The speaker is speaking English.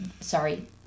sorry